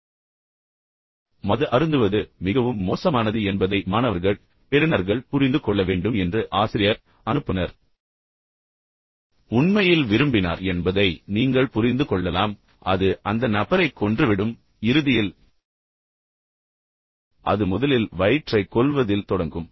இப்போது மது அருந்துவது மிகவும் மோசமானது என்பதை மாணவர்கள் பெறுநர்கள் புரிந்துகொள்ள வேண்டும் என்று ஆசிரியர் அனுப்புநர் உண்மையில் விரும்பினார் என்பதை நீங்கள் புரிந்து கொள்ளலாம் அது உண்மையில் அந்த நபரைக் கொன்றுவிடும் இறுதியில் அது முதலில் வயிற்றைக் கொல்வதில் தொடங்கும்